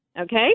Okay